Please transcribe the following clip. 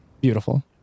Beautiful